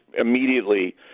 immediately